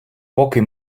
поки